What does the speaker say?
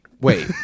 Wait